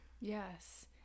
yes